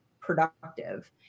productive